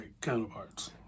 counterparts